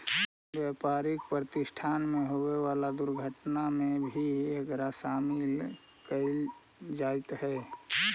व्यापारिक प्रतिष्ठान में होवे वाला दुर्घटना में भी एकरा शामिल कईल जईत हई